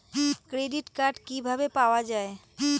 Credit card কিভাবে পাওয়া য়ায়?